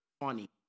funny